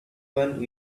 one